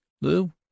Lou